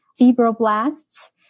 fibroblasts